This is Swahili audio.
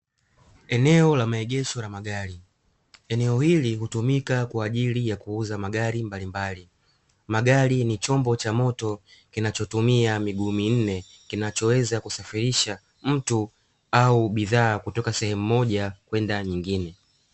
Eneo la maegesho la magari, eneo hili hutumika kwa ajili ya kuuza magari mbalimbali magari ni chombo cha moto kinachotumia miguu minne kinachoweza kusafirisha mtu au bidhaa kutoka sehemu moja kwenda nyingine.